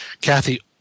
Kathy